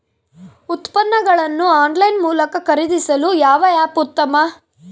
ಉತ್ಪನ್ನಗಳನ್ನು ಆನ್ಲೈನ್ ಮೂಲಕ ಖರೇದಿಸಲು ಯಾವ ಆ್ಯಪ್ ಉತ್ತಮ?